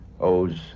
owes